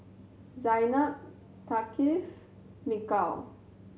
Zaynab Thaqif Mikhail